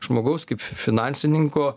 žmogaus kaip finansininko